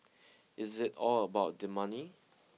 is it all about the money